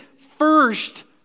first